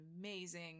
amazing